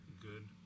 good